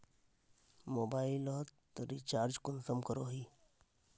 Mobile लोत recharge कुंसम करोही?